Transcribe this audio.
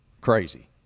crazy